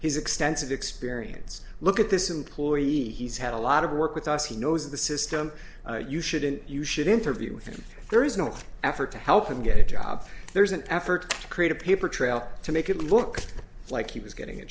his extensive experience look at this employee he's had a lot of work with us he knows the system you shouldn't you should interview with him there is no effort to help him get a job there's an effort to create a paper trail to make it look like he was getting a